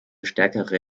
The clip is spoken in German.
stärkere